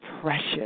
precious